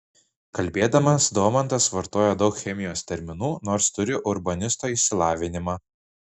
kalbėdamas domantas vartoja daug chemijos terminų nors turi urbanisto išsilavinimą